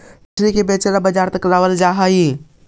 मछली के बेचे लागी बजार तक लाबल जा हई